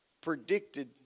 predicted